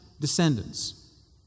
descendants